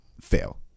fail